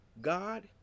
God